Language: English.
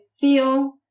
feel